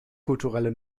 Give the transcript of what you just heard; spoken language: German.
kulturelle